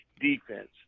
defense